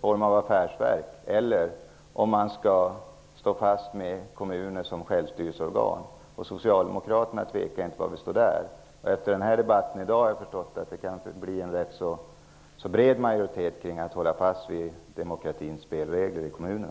form av affärsverk eller om man skall stå fast vid kommunen som självstyrelseorgan. Vi socialdemokrater tvekar inte var vi står i den frågan. Efter debatten här i dag har jag förstått att det kan bli en rätt så bred majoritet bakom att hålla fast vid demokratins spelregler i kommunerna.